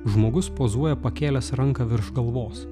žmogus pozuoja pakėlęs ranką virš galvos